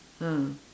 mm